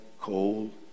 cold